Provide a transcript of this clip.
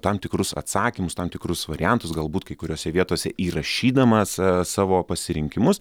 tam tikrus atsakymus tam tikrus variantus galbūt kai kuriose vietose įrašydamas savo pasirinkimus